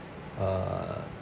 uh